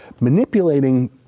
manipulating